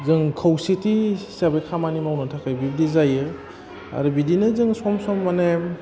जों खौसेथि हिसाबै खामानि मावनो थाखाय बिब्दि जायो आरो बिदिनो जों सम सम माने